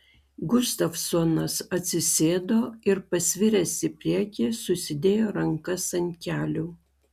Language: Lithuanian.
gustavsonas atsisėdo ir pasviręs į priekį susidėjo rankas ant kelių